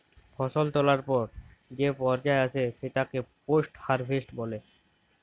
ফসল তোলার পর যে পর্যা আসে সেটাকে পোস্ট হারভেস্ট বলে